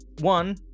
one